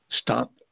Stop